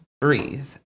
breathe